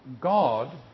God